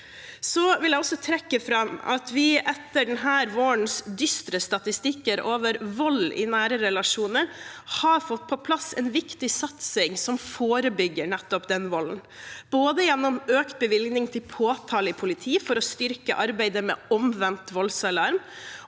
Jeg vil også trekke fram at vi etter denne vårens dystre statistikker over vold i nære relasjoner har fått på plass en viktig satsing som forebygger nettopp den volden, både gjennom økt bevilgning til påtale i politiet for å styrke arbeidet med omvendt voldsalarm